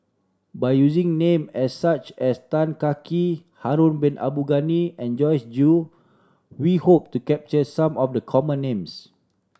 by using name as such as Tan Kah Kee Harun Bin Abdul Ghani and Joyce Jue we hope to capture some of the common names